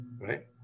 Right